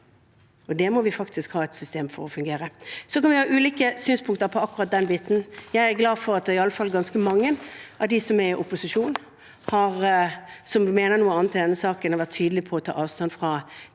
er. Det må vi faktisk ha et system for, for at det skal fungere. Så kan vi ha ulike synspunkter på akkurat den biten. Jeg er glad for at iallfall ganske mange av dem som er i opposisjon, som mener noe annet i denne saken, har vært tydelige på å ta avstand fra